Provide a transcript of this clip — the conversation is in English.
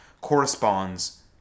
corresponds